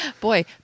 boy